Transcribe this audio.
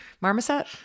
Marmoset